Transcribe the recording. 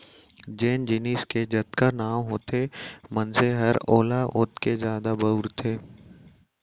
जेन जिनिस के जतका नांव होथे मनसे हर ओला ओतके जादा बउरथे